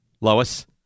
Lois